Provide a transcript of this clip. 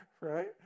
Right